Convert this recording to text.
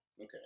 Okay